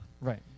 Right